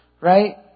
Right